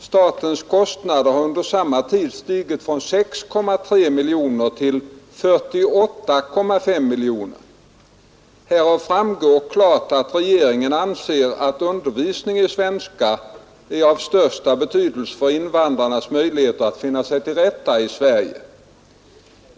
Statens kostnader har under samma tid stigit från 6,3 milj.kr. till ca 48,5 milj.kr. Härav framgår klart att regeringen anser att undervisning i svenska är av den största betydelse för invandrarnas möjligheter att finna sig till rätta i Sverige.